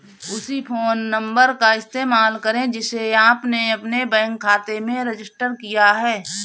उसी phone number का इस्तेमाल करें जिसे आपने अपने बैंक खाते में रजिस्टर किया है